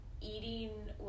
eating